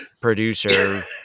producer